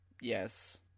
Yes